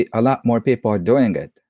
a lot more people are doing it.